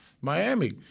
Miami